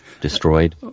destroyed